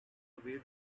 away